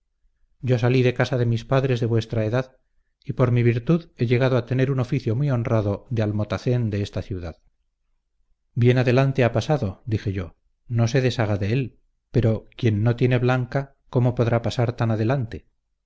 yo salí de casa de mis padres de vuestra edad y por mi virtud he llegado a tener un oficio muy honrado de almotacén de esta ciudad bien adelante ha pasado dije yo no se deshaga de él pero quien no tiene blanca cómo podrá pasar tan adelante